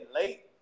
late